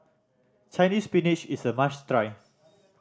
Chinese Spinach is a must try